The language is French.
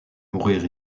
mourir